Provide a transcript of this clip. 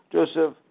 Joseph